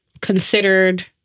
considered